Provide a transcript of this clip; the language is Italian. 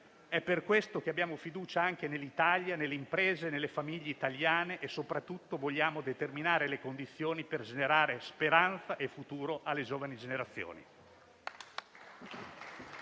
è per questo che abbiamo fiducia nell'Italia, nelle imprese e nelle famiglie italiane e, soprattutto, vogliamo determinare le condizioni per generare speranza e futuro nelle giovani